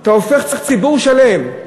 אתה הופך ציבור שלם,